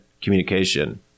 communication